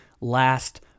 last